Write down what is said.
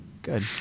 Good